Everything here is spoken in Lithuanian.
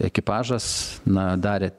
ekipažas na darė